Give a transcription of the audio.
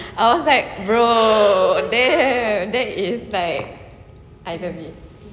I was like bro damn that is like I don't need